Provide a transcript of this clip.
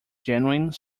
genuine